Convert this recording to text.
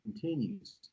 continues